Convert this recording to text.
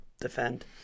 defend